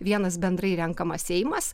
vienas bendrai renkamas seimas